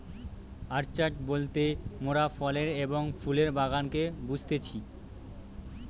orchard বলতে মোরাফলের এবং ফুলের বাগানকে বুঝতেছি